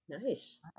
nice